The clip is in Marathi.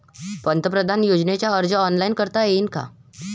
पंतप्रधान योजनेचा अर्ज ऑनलाईन करता येईन का?